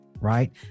Right